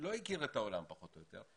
שלא הכיר את העולם פחות או יותר,